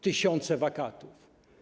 Tysiące wakatów.